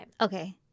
okay